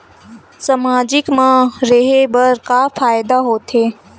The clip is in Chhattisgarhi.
सामाजिक मा रहे बार का फ़ायदा होथे?